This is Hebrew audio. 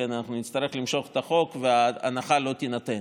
כי אנחנו נצטרך למשוך את החוק וההנחה לא תינתן.